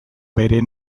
bere